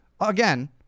again